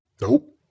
Nope